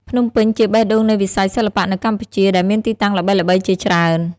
ភ្នំពេញជាបេះដូងនៃវិស័យសិល្បៈនៅកម្ពុជា ដែលមានទីតាំងល្បីៗជាច្រើន។